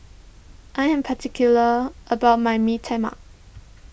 I am particular about my Bee Tai Mak